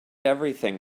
everything